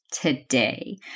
today